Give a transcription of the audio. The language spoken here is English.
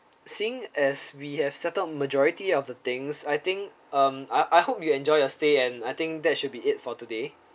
seeing as we have settled majority of the things I think um I I hope you enjoy your stay and I think that should be it for today